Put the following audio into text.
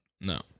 No